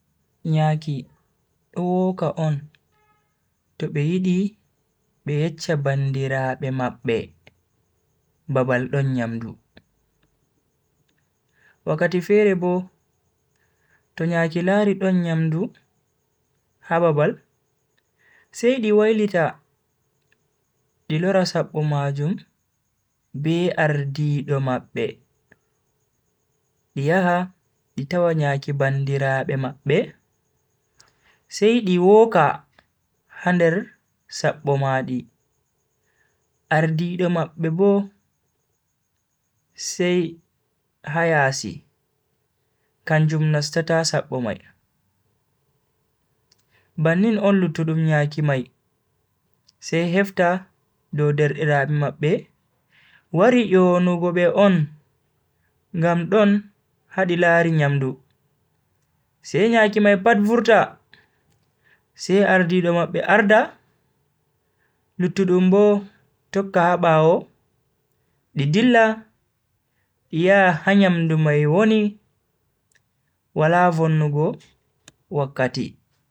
Nyaki do woka on to be yidi be yeccha bandiraabe mabbe babal don nyamdu. Wakkati fere bo, to nyaki lari don nyamdu ha babal, sai di wailita di lora sabbo majum be ardiido mabbe, di yaha di tawa nyaki bandiraabe mabbe, sai di wooka ha nder sabbo madi ardiido mabbe bo sai ha yasi kanjum nastata sabbo mai. bannin on luttudum nyaki mai sai hefta dow derdiraabe mabbe wari yonugo be on ngam don ha di lari nyamdu. sai nyaki mai pat vurta sai ardiido mabbe arda luttudum bo tokka ha bawo di dilla ha nyamdu mai woni wala vonnugo wakkati.